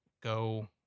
go